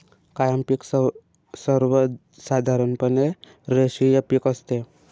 कायम पिक सर्वसाधारणपणे रेषीय पिक असते